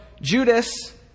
Judas